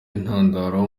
intandaro